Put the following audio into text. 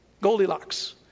Goldilocks